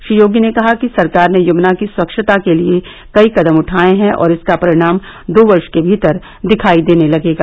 श्री योगी ने कहा कि सरकार ने यमुना की स्वच्छता के लिए कई कदम उठाए हैं और इसका परिणाम दो वर्ष के भीतर दिखायी देने लगेगा